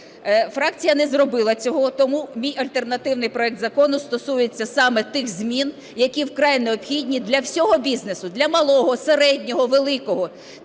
Фракція не зробила цього. Тому мій альтернативний проект закону стосується саме тих змін, які вкрай необхідні для всього бізнесу: для малого, середнього, великого.